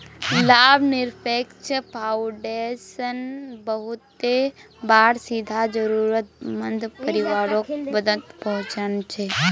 लाभ निरपेक्ष फाउंडेशन बहुते बार सीधा ज़रुरत मंद परिवारोक मदद पहुन्चाहिये